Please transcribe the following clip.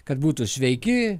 kad būtų sveiki